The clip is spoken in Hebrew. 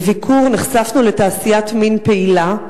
בביקור נחשפנו לתעשיית מין פעילה,